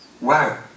Wow